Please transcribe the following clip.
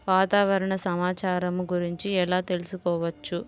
వాతావరణ సమాచారము గురించి ఎలా తెలుకుసుకోవచ్చు?